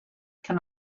can